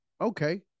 Okay